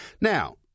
Now